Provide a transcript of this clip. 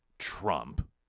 Trump